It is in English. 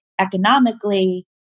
Economically